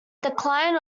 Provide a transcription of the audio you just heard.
decline